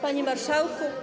Panie Marszałku!